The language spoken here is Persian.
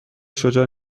شجاع